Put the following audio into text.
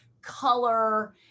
color